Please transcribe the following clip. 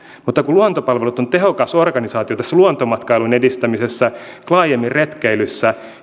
mutta kun luontopalvelut on tehokas organisaatio tässä luontomatkailun edistämisessä laajemmin retkeilyssä